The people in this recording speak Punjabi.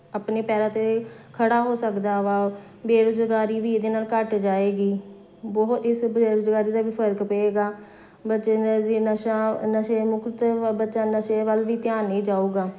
ਆਪਣੇ ਪੈਰਾਂ 'ਤੇ ਖੜ੍ਹਾ ਹੋ ਸਕਦਾ ਵਾ ਬੇਰੁਜ਼ਗਾਰੀ ਵੀ ਇਹਦੇ ਨਾਲ ਘੱਟ ਜਾਏਗੀ ਬਹੁਤ ਇਸ ਬੇਰੁਜ਼ਗਾਰੀ ਦਾ ਵੀ ਫਰਕ ਪਏਗਾ ਬੱਚੇ ਨੇ ਨਸ਼ਾ ਨਸ਼ੇ ਮੁਕਤ ਬੱਚਾ ਨਸ਼ੇ ਵੱਲ ਵੀ ਧਿਆਨ ਨਹੀਂ ਜਾਵੇਗਾ